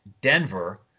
Denver